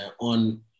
on